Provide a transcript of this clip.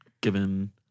given